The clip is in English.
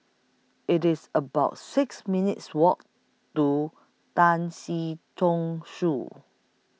IT IS about six minutes' Walk to Tan Si Chong Su